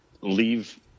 leave